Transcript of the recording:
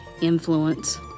influence